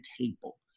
table